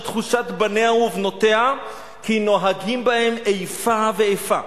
תחושת בניה ובנותיה כי נוהגים בהם איפה ואיפה.